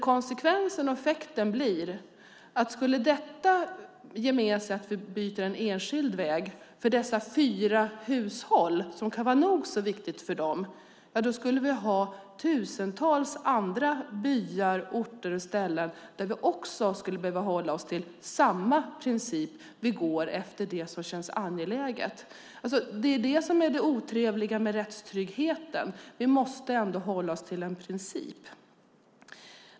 Konsekvensen och effekten blir att skulle vi ge med oss och byta en enskild väg för dessa fyra hushåll, som kan vara nog så viktigt för dem, skulle vi ha tusentals andra byar, orter och ställen där vi också skulle behöva hålla oss till samma princip, att vi går efter det som känns angeläget. Det är det som är det otrevliga med rättstryggheten. Vi måste ändå hålla oss till en princip.